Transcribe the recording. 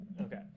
Okay